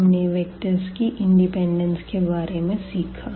हमने वेक्टर्स की इंडिपेंडेंस के बारे में सीखा